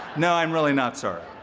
no, i am really not sorry.